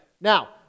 Now